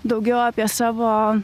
daugiau apie savo